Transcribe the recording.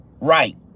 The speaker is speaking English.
right